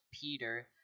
Peter